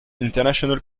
international